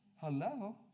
hello